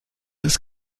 ist